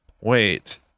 wait